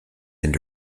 into